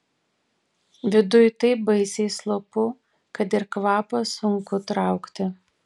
viduj taip baisiai slopu kad ir kvapą sunku traukti